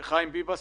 חיים ביבס.